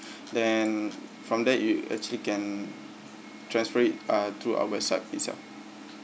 then from there you actually can transfer it uh through our website itself